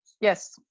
yes